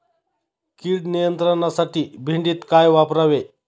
कीड नियंत्रणासाठी भेंडीत काय वापरावे?